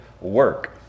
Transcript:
work